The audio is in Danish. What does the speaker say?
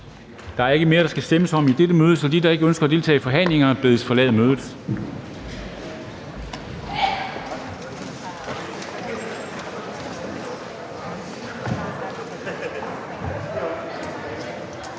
Der er ikke mere, der skal stemmes om i dette møde, så de, der ikke ønsker at deltage i forhandlingerne, bedes forlade mødet.